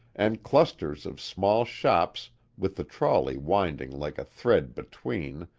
and clusters of small shops with the trolley winding like a thread between,